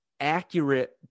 accurate